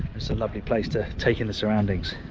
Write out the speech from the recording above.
it's a lovely place to take in the surroundings.